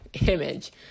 image